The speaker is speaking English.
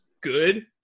good